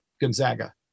Gonzaga